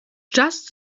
just